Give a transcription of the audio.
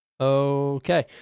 Okay